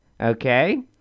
Okay